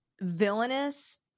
villainous